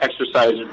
exercise